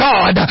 God